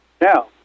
Now